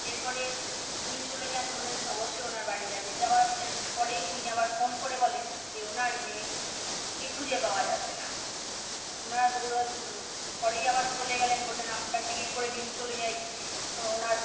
এরপরে উনি চলে যান বললেন অবশ্যই ওনার বাড়ি যাবে যাওয়ার এক পরেই উনি আবার ফোন করে বলেন যে ওনার মেয়েকে খুঁজে পাওয়া যাচ্ছে না ওনারা দৌড়া পরেই আবার চলে গেলেন বললেন আপনার টিকিট করে দিন চলে যাই ওনার